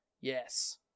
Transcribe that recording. yes